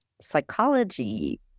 psychology